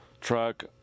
truck